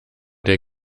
der